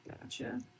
gotcha